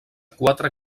quatre